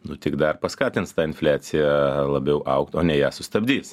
nu tik dar paskatins infliaciją labiau augt o ne ją sustabdys